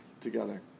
together